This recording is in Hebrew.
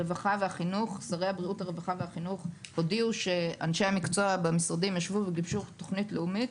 הרווחה והחינוך הודיעו שאנשי המקצוע במשרדים ישבו וגיבשו תוכנית לאומית,